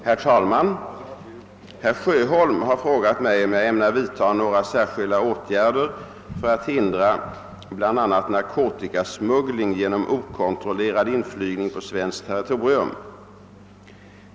Herr talman! Herr Sjöholm har frågat mig, om jag ämnar vidta några särskilda åtgärder för att hindra bl.a. narkotikasmuggling genom okontrollerad inflygning på svenskt territorium.